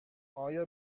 آیا